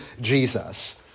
Jesus